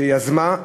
שיזמה,